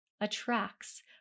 attracts